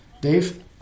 Dave